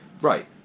right